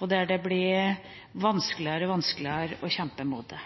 og det blir vanskeligere og vanskeligere å kjempe imot det.